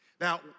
Now